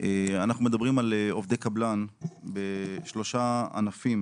שאנחנו מדברים על עובדי קבלן בשלושה ענפים